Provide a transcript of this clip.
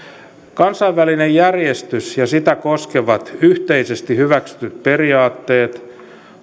kansainvälinen järjestys ja sitä koskevat yhteisesti hyväksytyt periaatteet